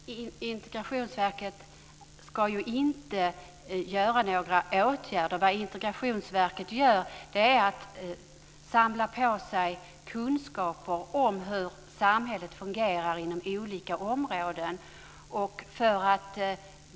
Herr talman! Integrationsverket ska ju inte vidta några åtgärder. Vad Integrationsverket gör är att samla på sig kunskaper om hur samhället fungerar inom olika områden.